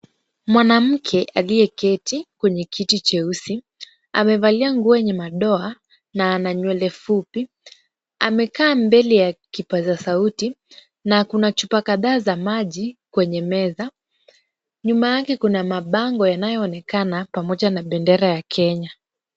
Mwanamke aliyeketi kwenye kiti cheusi amevalia nguo yenye madoa na ana nywele fupi. Amekaa mbele ya kipaza sauti na kuna chupa kadhaa za maji kwenye meza. Nyuma yake kuna mabango yanayoonekana pamoja na bendera ya Kenya.